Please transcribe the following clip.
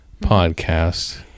podcast